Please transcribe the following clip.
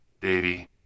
Davey